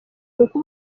kuko